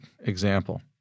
example